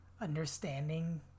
understanding